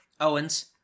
Owens